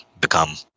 become